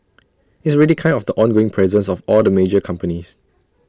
it's really kind of the ongoing presence of all the major companies